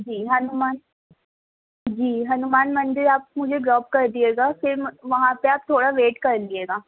جی ہنومان جی ہنومان مندر آپ مجھے ڈراپ کر دیجیے گا پھر وہاں پہ آپ تھوڑا ویٹ کر لیجیے گا